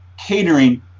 catering